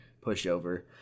pushover